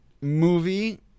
movie